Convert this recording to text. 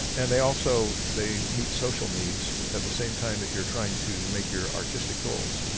and they also they meet social needs at the same time that you're trying to make your artistic goals. yeah